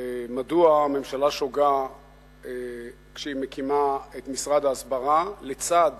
מדוע הממשלה שוגה כשהיא מקימה את משרד ההסברה לצד